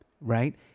right